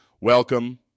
Welcome